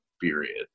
period